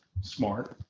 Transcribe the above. Smart